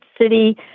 city